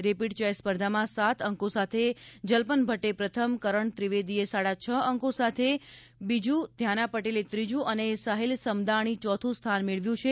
rapid chess સ્પર્ધામાં સાત અંકો સાથે જલ્પન ભટ્ટે પ્રથમ કરણ ત્રિવેદીએ સાડા છ અંકો સાથે બીજુ ધ્યાના પટેલે ત્રીજુ અને સાહિલ સમદાણી ચોથુ સ્થાન મેળવ્યું છે